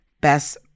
Best